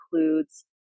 includes